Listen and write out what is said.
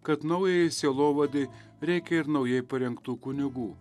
kad naujai sielovadai reikia ir naujai parengtų kunigų